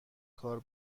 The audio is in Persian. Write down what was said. کار